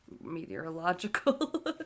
meteorological